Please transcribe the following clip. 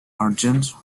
argent